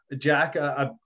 Jack